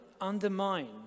undermine